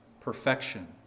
perfection